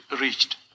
reached